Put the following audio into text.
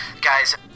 Guys